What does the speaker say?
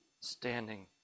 standing